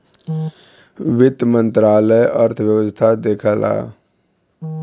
वित्त मंत्रालय अर्थव्यवस्था देखला